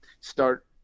start